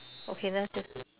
okay let's just